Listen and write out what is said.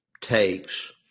takes